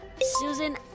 Susan